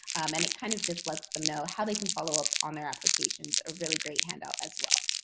and it kind of just lets them know how they can follow up on their applications. a really great handout as well.